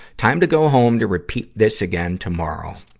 time to go home to repeat this again tomorrow.